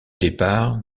départ